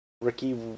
Ricky